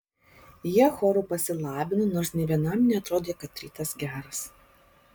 jie choru pasilabino nors nė vienam neatrodė kad rytas geras